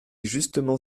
justement